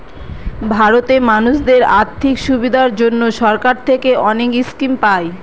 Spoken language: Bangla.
ভারতে মানুষদের আর্থিক সুবিধার জন্য সরকার থেকে অনেক স্কিম পায়